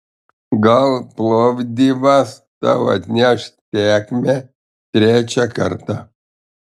gal plovdivas tau atneš sėkmę trečią kartą